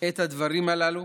את הדברים הללו.